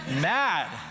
mad